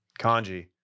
Kanji